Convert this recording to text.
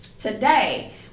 Today